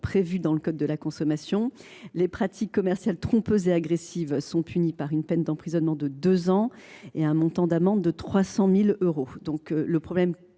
prévus dans le code de la consommation. Les pratiques commerciales trompeuses et agressives sont en effet punies d’une peine d’emprisonnement de deux ans et d’une amende de 300 000 euros.